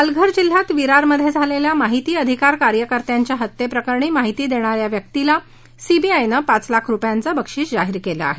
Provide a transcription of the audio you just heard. पालघर जिल्ह्यात विरारमध्ये झालेल्या माहिती अधिकार कार्यकर्त्याच्या हत्येप्रकरणी माहिती देणार्या व्यक्तीला सीबीआयने पाच लाख रुपयांचं बक्षीस जाहीर केलं आहे